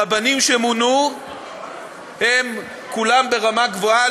הרבנים שמונו הם כולם ברמה גבוהה,